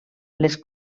les